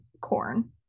corn